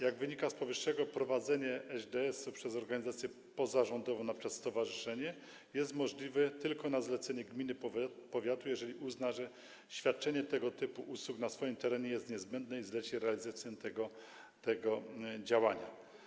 Jak wynika z powyższego, prowadzenie ŚDS-u przez organizację pozarządową, np. stowarzyszenie, jest możliwe tylko na zlecenie gminy, powiatu, jeżeli uznają, że świadczenie tego typu usług na ich terenie jest niezbędne i zlecą realizację tego działania.